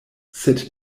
sed